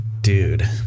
Dude